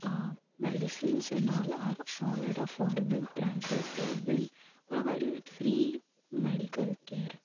medicines and all are all at affordable prices then even provide you with free medical care